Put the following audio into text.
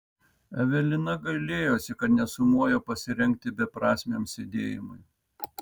evelina gailėjosi kad nesumojo pasirengti beprasmiam sėdėjimui